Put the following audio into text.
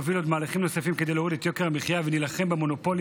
אנחנו נוביל עוד מהלכים כדי להוריד את יוקר המחיה ונילחם במונופולים.